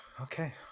Okay